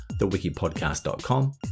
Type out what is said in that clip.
thewikipodcast.com